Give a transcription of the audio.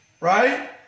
right